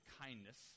kindness